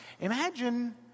Imagine